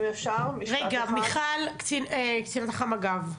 ופשוט רואים את הנחילים שלהם עוברים,